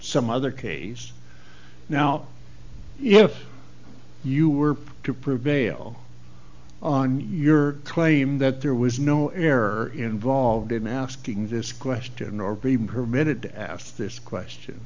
some other case now if you were to prevail on your claim that there was no error involved in asking this question or be permitted asked this question